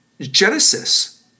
Genesis